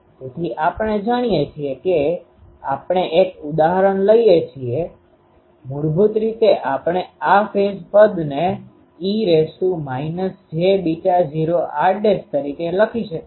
તેથી આપણે જાણીએ છીએ કે આપણે એક ઉદાહરણ લઈ શકીએ મૂળભૂત રીતે આપણે આ ફેઝ પદને e j૦r તરીકે લખી શકીએ